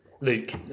Luke